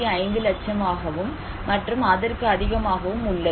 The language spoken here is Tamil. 5 லட்சமாகவும் மற்றும் அதற்கு அதிகமாகவும் உள்ளது